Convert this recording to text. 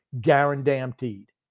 Guaranteed